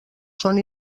són